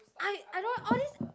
I I don't want all this